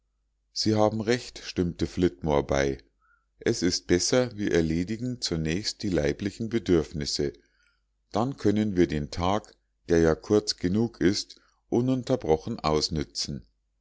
sie haben recht stimmte flitmore bei es ist besser wir erledigen zunächst die leiblichen bedürfnisse dann können wir den tag der ja kurz genug ist ununterbrochen ausnützen